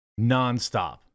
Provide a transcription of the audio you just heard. nonstop